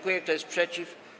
Kto jest przeciw?